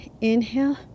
inhale